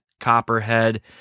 copperhead